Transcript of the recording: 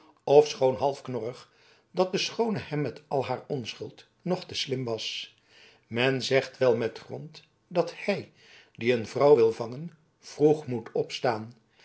ofschoon half knorrig dat de schoone hem met al haar onschuld nog te slim was men zegt wel met grond dat hij die een vrouw wil vangen vroeg moet opstaan